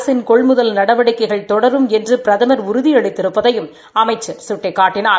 அரசு கொள்முதல் நடவடிக்கைகள் தொடரும் என்று பிரதமர் உறுதி அளித்திருப்பதையும் அமைச்சி சுட்டிக்காட்டினார்